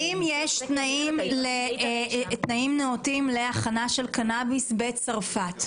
אם יש תנאים נאותים להכנה של קנאביס בצרפת,